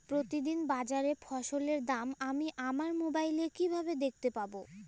প্রতিদিন বাজারে ফসলের দাম আমি আমার মোবাইলে কিভাবে দেখতে পাব?